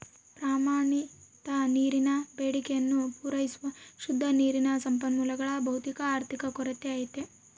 ಪ್ರಮಾಣಿತ ನೀರಿನ ಬೇಡಿಕೆಯನ್ನು ಪೂರೈಸುವ ಶುದ್ಧ ನೀರಿನ ಸಂಪನ್ಮೂಲಗಳ ಭೌತಿಕ ಆರ್ಥಿಕ ಕೊರತೆ ಐತೆ